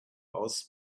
aus